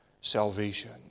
salvation